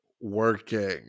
working